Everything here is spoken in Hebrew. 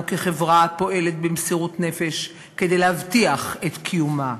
כחברה הפועלת במסירות נפש כדי להבטיח את קיומה?